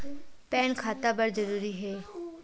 Pan खाता बर जरूरी हे?